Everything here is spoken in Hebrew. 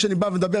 כשאני בא ומדבר,